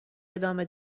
ادامه